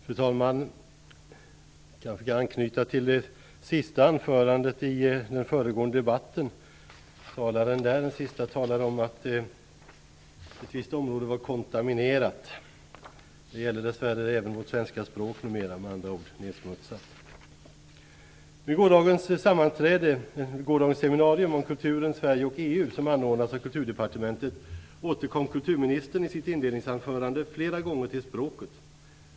Fru talman! Jag kanske kan anknyta till det sista anförandet i den föregående debatten. Den sista talaren i den debatten sade att ett visst område var kontaminerat. Det gäller dess värre även vårt svenska språk numera - det är med andra ord nedsmutsat. Vid gårdagens seminarium om Kulturen, Sverige och EU, som anordnats av Kulturdepartementet, återkom kulturministern i sitt inledningsanförande flera gånger till språket.